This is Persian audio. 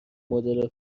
مدل